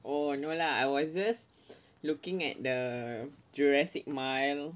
oh no lah I was just looking at the jurassic mile